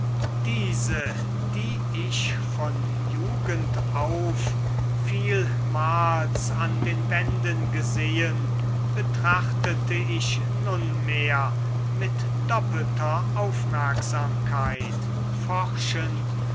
diese die ich von jugend auf vielmals an den wänden gesehen betrachtete ich nunmehr mit doppelter aufmerksamkeit forschend